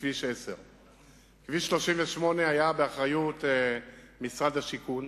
וכביש 10. כביש 38 היה באחריות משרד השיכון,